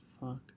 fuck